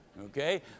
Okay